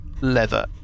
leather